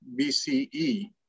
BCE